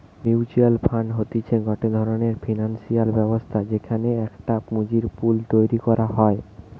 mutual fund হতিছে গটে ধরণের ফিনান্সিয়াল ব্যবস্থা যেখানে একটা পুঁজির পুল তৈরী করা হয়